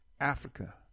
Africa